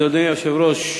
אדוני היושב-ראש,